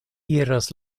iras